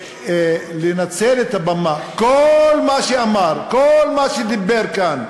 ולנצל את הבמה, כל מה שאמר, כל מה שדיבר כאן,